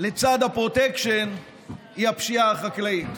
לצד הפרוטקשן היא הפשיעה החקלאית.